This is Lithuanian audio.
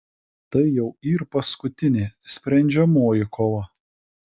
tai jau yr paskutinė sprendžiamoji kova